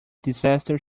disaster